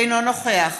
אינו נוכח